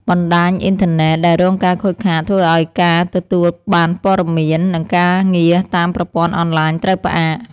បណ្តាញអ៊ីនធឺណិតដែលរងការខូចខាតធ្វើឱ្យការទទួលបានព័ត៌មាន និងការងារតាមប្រព័ន្ធអនឡាញត្រូវផ្អាក។